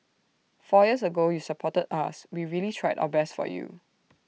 four years ago you supported us we really tried our best for you